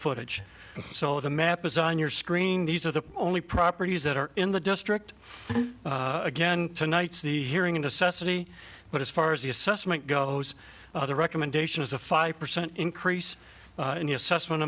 footage so the map is on your screen these are the only properties that are in the district again tonight's the hearing into sesame but as far as the assessment goes the recommendation is a five percent increase in the assessment